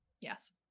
Yes